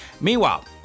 meanwhile